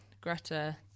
Greta